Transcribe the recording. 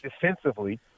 defensively